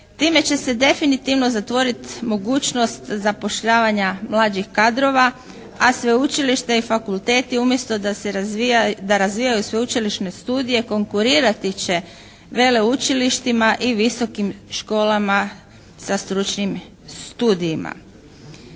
Time će se definitivno zatvoriti mogućnost zapošljavanja mlađih kadrova, a sveučilište i fakulteti umjesto da razvijaju sveučilišne studije konkurirat će veleučilištima i visokim školama sa stručnim studijima.